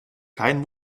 kein